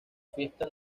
fiesta